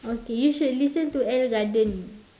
okay you should listen to ellegarden